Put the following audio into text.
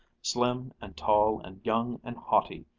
slim and tall and young and haughty,